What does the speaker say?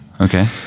okay